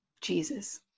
Jesus